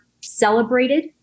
celebrated